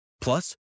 Plus